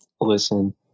Listen